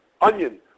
onion